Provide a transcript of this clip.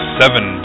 seven